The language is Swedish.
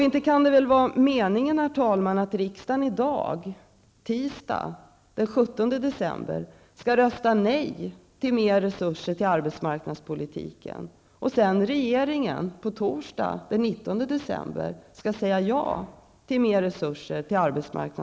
Det kan väl inte, herr talman, vara meningen att riksdagen i dag, tisdagen den 17 december, skall rösta nej till förslaget om mer resurser till arbetsmarknadspolitiska åtgärder och därefter regeringen, torsdagen den 19 december, skall säga ja till mer resurser.